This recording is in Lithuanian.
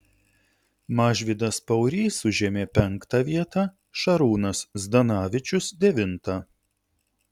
mažvydas paurys užėmė penktą vietą šarūnas zdanavičius devintą